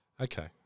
Okay